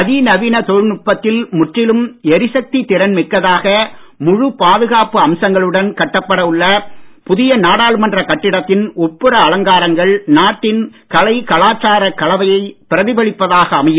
அதிநவீன தொழில்நுட்பத்தில் முற்றிலும் எரிசக்தி திறன் மிக்கதாக முழு பாதுகாப்பு அம்சங்களுடன் கட்டப்பட உள்ள புதிய நாடாளுமன்ற கட்டிடத்தின் உட்புற அலங்காரங்கள் நாட்டின் கலை கலாச்சாரக் கலவையை பிரதிபலிப்பதாக அமையும்